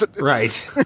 right